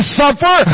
suffer